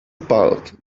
bulk